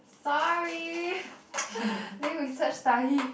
sorry doing research study